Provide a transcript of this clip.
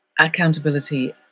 accountability